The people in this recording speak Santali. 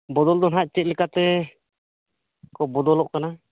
ᱵᱚᱫᱚᱞ ᱫᱚ ᱱᱟᱦᱟᱸᱜ ᱪᱮᱫ ᱞᱮᱠᱟ ᱛᱮ ᱠᱚ ᱵᱚᱫᱚᱞᱚᱜ ᱠᱟᱱᱟ